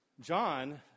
John